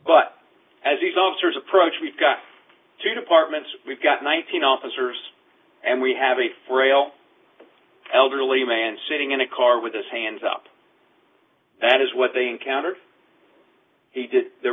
but as these officers approach we've got to departments we've got one thousand officers and we have a frail elderly man sitting in a car with his hands up that is what they encountered he did there